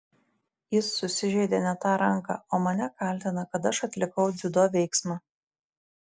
jis susižeidė ne tą ranką o mane kaltina kad aš atlikau dziudo veiksmą